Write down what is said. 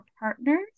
partners